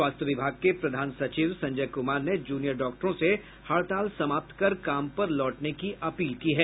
स्वास्थ्य विभाग के प्रधान सचिव संजय कुमार ने जूनियर डॉक्टरों से हड़ताल समाप्त कर काम पर लौटने की अपील की है